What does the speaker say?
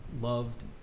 loved